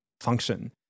function